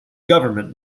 government